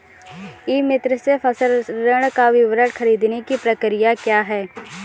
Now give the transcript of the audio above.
ई मित्र से फसल ऋण का विवरण ख़रीदने की प्रक्रिया क्या है?